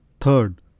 Third